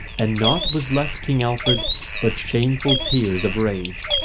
and naught was left king alfred but shameful tears of rage,